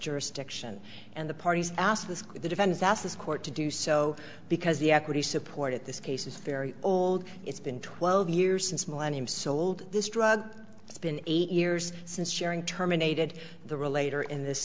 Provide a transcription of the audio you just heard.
jurisdiction and the parties asked the defense asked this court to do so because the equity supported this case is very old it's been twelve years since millennium sold this drug it's been eight years since sharing terminated the relator in this